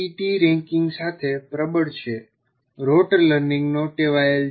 T ranking સાથે પ્રબળ છે રોટ લર્નિંગનો ટેવાયેલ છે